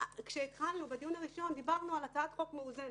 כשהתחלנו בדיון הראשון דיברנו על הצעת חוק מאוזנת.